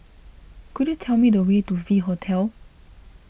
could you tell me the way to V Hotel